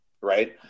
right